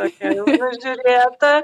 tokia jau nužiurėta